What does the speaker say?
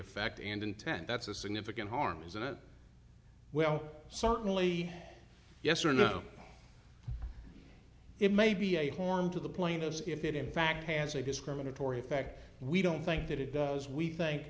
effect and intent that's a significant harm isn't it well certainly yes or no it may be a form to the plaintiffs if it in fact has a discriminatory effect we don't think that it does we think